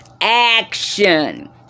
action